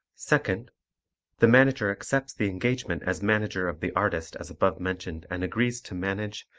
second the manager accepts the engagement as manager of the artist as above mentioned and agrees to manage,